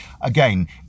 Again